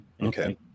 Okay